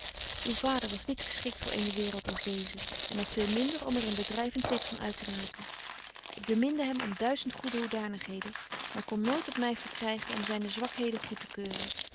uw vader was niet geschikt voor eene waereld als deeze en nog veel minder om er een bedryvent lid van uittemaken ik beminde hem om duizend goede hoedanigheden maar kon nooit op my verkrygen om zyne zwakheden goed te keuren